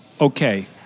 okay